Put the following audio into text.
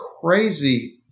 crazy